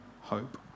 hope